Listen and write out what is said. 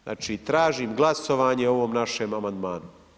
Znači tražim glasovanje o ovom našem amandmanu.